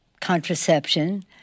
contraception